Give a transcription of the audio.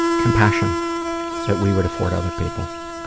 compassion that we would afford other people.